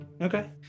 Okay